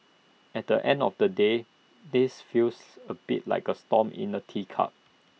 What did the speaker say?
at the end of the day this feels A bit like A storm in A teacup